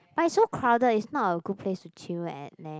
but it's so crowded it's not a good place to chill at leh